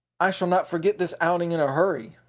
i shall not forget this outing in a hurry,